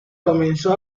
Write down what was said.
comenzó